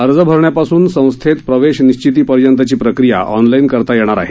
अर्ज भरण्यापासून संस्थेत प्रवेश निश्चितीपर्यंतची प्रक्रिया ऑनलाईन करता येणार आहे